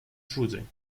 choosing